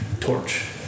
Torch